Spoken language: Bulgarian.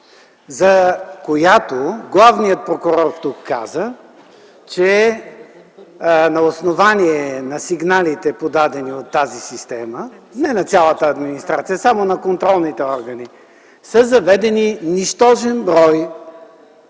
за която главният прокурор тук каза, че на основание на сигналите, подадени от тази система – не на цялата администрация, само на контролните органи, са заведени нищожен брой